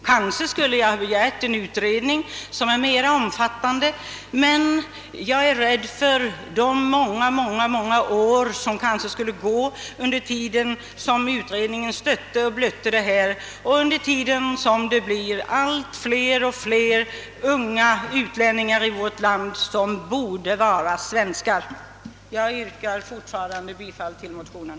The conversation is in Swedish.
Kanske skulle jag ha begärt en utredning, som skulle blivit mera omfattande. Men jag är rädd för att då många år skulle gå medan man stötte och blötte problemet, samtidigt som det skulle komma att finnas allt fler utlänningar i vårt land som borde vara svenskar. Jag yrkar fortfarande bifall till motionen.